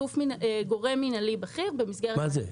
גורם מינהלי בכיר --- מה זה?